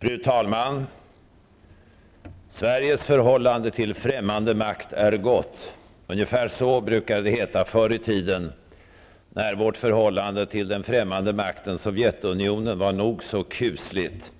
Fru talman! Sveriges förhållande till främmande makt är gott. Ungefär så brukade det heta förr i tiden, när vårt förhållande till den främmande makten Sovjetunionen var nog så kusligt.